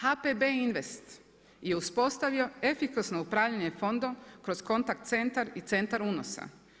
HPB Invest je uspostavio efikasno upravljanje fondom kroz kontakt centar i centar unosa.